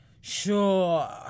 Sure